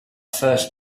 first